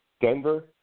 Denver